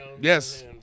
Yes